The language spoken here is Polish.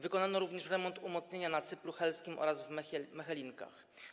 Wykonano również remont umocnienia na cyplu helskim oraz w Mechelinkach.